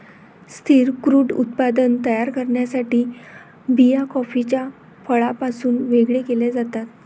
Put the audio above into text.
स्थिर क्रूड उत्पादन तयार करण्यासाठी बिया कॉफीच्या फळापासून वेगळे केल्या जातात